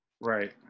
Right